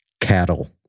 cattle